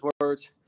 words